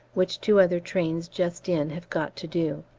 which two other trains just in have got to do.